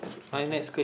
okay